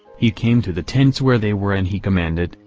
he came to the tents where they were and he commanded,